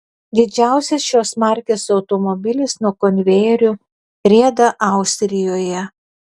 didžiausias šios markės automobilis nuo konvejerių rieda austrijoje